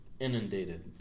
Inundated